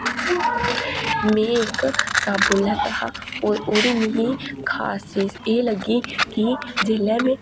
में इक साबुन लैता हा ओह्दी मिगी खास चीज एह् लग्गी की जेल्लै में